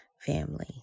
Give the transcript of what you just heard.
family